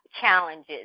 challenges